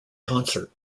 concert